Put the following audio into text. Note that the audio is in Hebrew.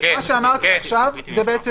מה שאמרתי עכשיו זה בעצם